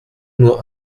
nur